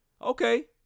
Okay